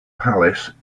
palace